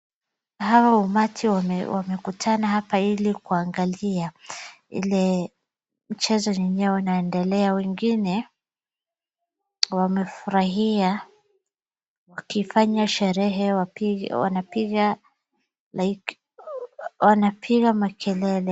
Hawa umati wamekutana hapa ili kuangalia ile mchezo wenye unaendelea wengine wamefurahia kukifanya sherehe ya wanapiga makelele